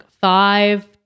five